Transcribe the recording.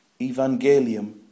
evangelium